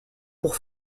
pour